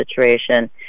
situation